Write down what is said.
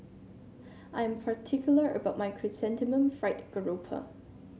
I am particular about my Chrysanthemum Fried Garoupa